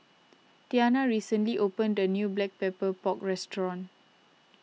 Tania recently opened a new Black Pepper Pork restaurant